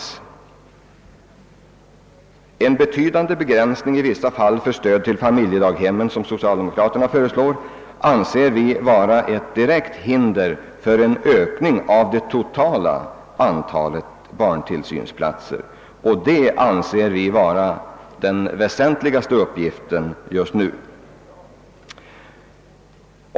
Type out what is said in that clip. Den i vissa fall betydande begränsning av stödet till familjedaghemmen som socialdemokraterna föreslår anser vi vara ett direkt hinder för en ökning av det totala antalet barntillsynsplatser. En sådan ökning är enligt vår mening en väsentlig uppgift just nu.